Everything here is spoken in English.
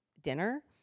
dinner